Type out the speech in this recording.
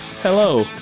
Hello